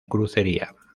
crucería